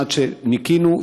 עד שניקינו,